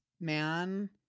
man